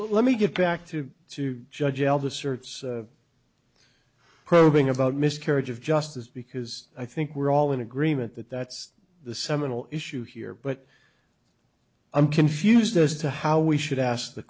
well let me get back to to judge al the search for probing about miscarriage of justice because i think we're all in agreement that that's the seminal issue here but i'm confused as to how we should ask the